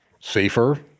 safer